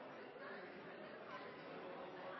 sitt? Det er